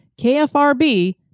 KFRB